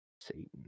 Satan